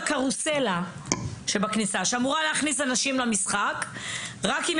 הקרוסלה שבכניסה אמורה להכניס למשחק רק אנשים